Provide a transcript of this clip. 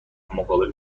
مقابل